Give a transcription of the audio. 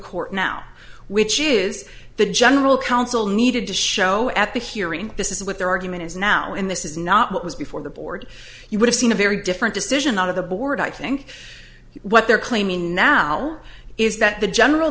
court now which is the general counsel needed to show at the hearing this is what their argument is now in this is not what was before the board you would have seen a very different decision out of the board i think what they're claiming now is that the general